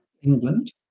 England